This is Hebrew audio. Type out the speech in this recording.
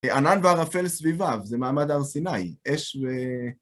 ענן וערפל סביבם, זה מעמד הר סיני. אש ו..